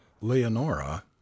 leonora